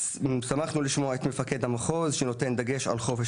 שמחנו לשמוע את מפקד המחוז שנותן דגש על חופש